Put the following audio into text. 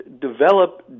develop